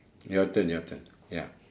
your turn your turn ya